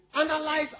analyze